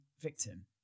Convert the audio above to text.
victim